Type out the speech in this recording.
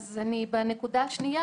בנקודה השנייה,